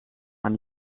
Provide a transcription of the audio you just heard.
aan